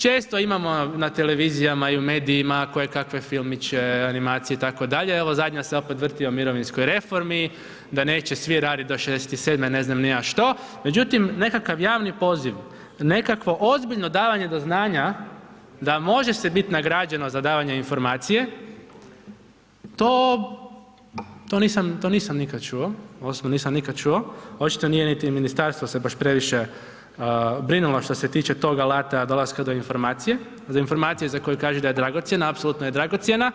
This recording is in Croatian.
Često imamo na televizijama i u medijima kojekakve filmiće, animacije, itd., evo zadnja se opet vrti o mirovinskoj reformi, da neće svi raditi do 67.-e, ne znam ni ja što, međutim, nekakav javni poziv, nekakvo ozbiljno davanje do znanja da može se biti nagrađeno za davanje informacije, to nisam nikad čuo, odnosno nisam nikad čuo, očito nije ni ministarstvo se baš previše brinulo što se tiče tog alata, dolaska do informacije, za informacije za koje da je dragocjena, apsolutno je dragocjena,